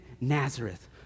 Nazareth